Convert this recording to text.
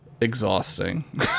exhausting